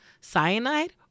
cyanide